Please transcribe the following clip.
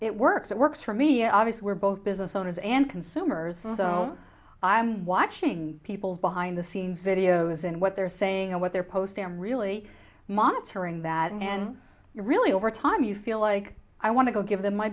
it works it works for me obvious we're both business owners and consumers so i'm watching people behind the scenes videos and what they're saying and what they're post they're really monitoring that and really over time you feel like i want to go give them my